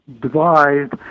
devised